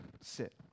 sit